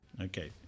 Okay